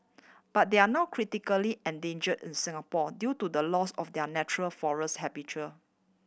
but they are now critically endanger in Singapore due to the loss of their natural forest habitat